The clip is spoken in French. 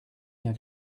bien